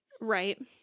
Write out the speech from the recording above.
Right